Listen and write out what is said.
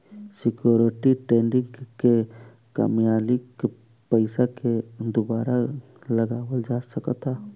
security trading में कामयिल पइसा के दुबारा लगावल जा सकऽता